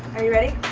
are you ready?